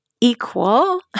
equal